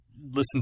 listen